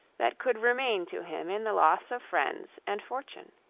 that could remain to him in the loss of friends and fortune.